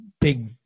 big